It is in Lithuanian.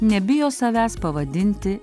nebijo savęs pavadinti